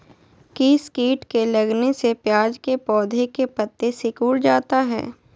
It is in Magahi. किस किट के लगने से प्याज के पौधे के पत्ते सिकुड़ जाता है?